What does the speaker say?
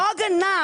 לא הגנה.